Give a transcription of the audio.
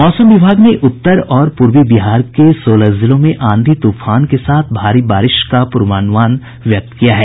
मौसम विभाग ने उत्तर और पूर्वी बिहार के सोलह जिलों में आंधी तूफान के साथ भारी बारिश की पूर्वानुमान व्यक्त किया है